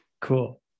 cool